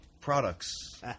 products